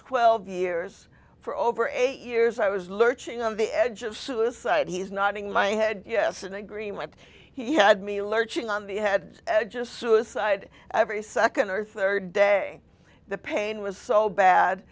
twelve years for over eight years i was lurching on the edge of suicide he's not in my head yes an agreement he had me lurching on the head just suicide every second or third day the pain was so bad